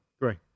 Great